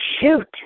Shoot